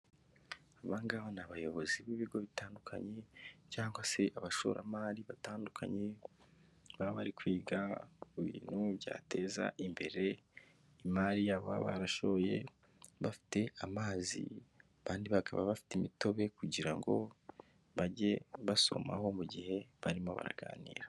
Aba ngaba ni abayobozi b'ibigo bitandukanye cyangwa se abashoramari batandukanye baba bari kwiga ku bintu byateza imbere imari yabo baba barashoye, bafite amazi, abandi bakaba bafite imitobe kugira ngo bajye basomaho mu gihe barimo baraganira